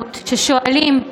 ששואלים: